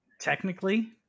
technically